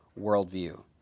worldview